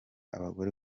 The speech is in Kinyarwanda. abagore